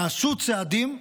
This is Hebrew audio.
נעשו צעדים מסוימים,